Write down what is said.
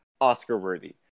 Oscar-worthy